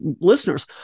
listeners